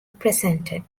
presented